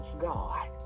God